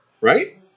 right